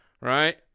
right